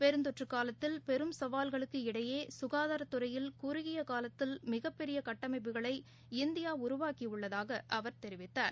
பெருந்தொற்றுக் காலத்தில் பெரும் இடையே சுகாதாரத்துறையில் குறுகியகாலத்தில் மிகப்பெரியகட்டமைப்புகளை இந்தியாஉருவாக்கியுள்ளதாகஅவர் தெரிவித்தார்